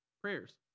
Prayers